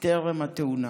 טרם התאונה.